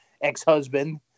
Ex-husband